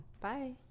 Bye